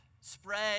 spread